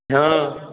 हँ